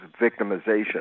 victimization